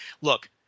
look